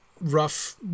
Rough